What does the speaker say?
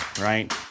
right